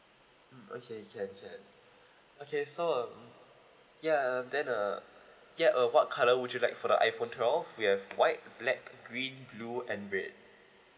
mm okay can can okay so um ya uh then uh ya uh what colour would you like for the iphone twelve we have white black green blue and red